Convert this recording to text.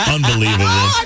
Unbelievable